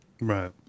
Right